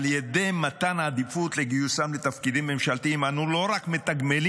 על ידי מתן עדיפות לגיוסם לתפקידים ממשלתיים אנו לא רק מתגמלים